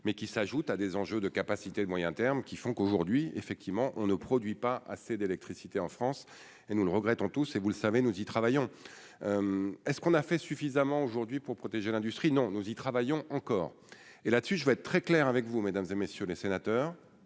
mais qui s'ajoute à des enjeux de capacité de moyen terme qui font qu'aujourd'hui effectivement on ne produit pas assez d'électricité en France et nous le regrettons tous et vous le savez, nous y travaillons, est ce qu'on a fait suffisamment aujourd'hui pour protéger l'industrie non, nous y travaillons encore et là dessus je vais être très clair avec vous, mesdames et messieurs les sénateurs